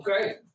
Okay